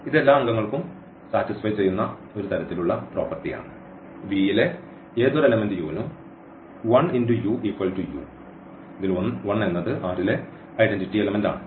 ഇത് എല്ലാ അംഗങ്ങൾക്കും സാറ്റിസ്ഫൈ ചെയ്യുന്ന ഒരു തരത്തിലുള്ള പ്രോപ്പർട്ടിയാണ് V യിലെ ഏതൊരു എലമെന്റ് u നും എന്നത് R ലെ ഐഡന്റിറ്റി എലെമെന്റാണ്